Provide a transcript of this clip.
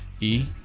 E-